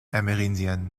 amérindiennes